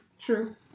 True